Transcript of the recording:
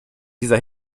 dieser